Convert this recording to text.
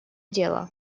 дело